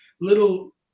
little